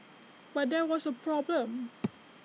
but there was A problem